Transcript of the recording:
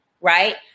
Right